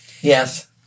Yes